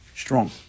strong